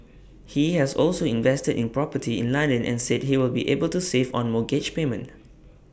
he has also invested in property in London and said he will be able to save on mortgage payments